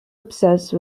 obsessed